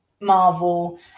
Marvel